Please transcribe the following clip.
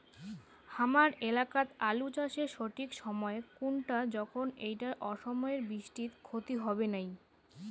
হামার এলাকাত আলু চাষের সঠিক সময় কুনটা যখন এইটা অসময়ের বৃষ্টিত ক্ষতি হবে নাই?